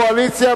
קואליציה,